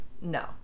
no